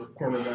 cornerback